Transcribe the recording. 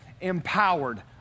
Empowered